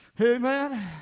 Amen